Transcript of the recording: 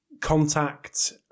contact